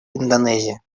индонезии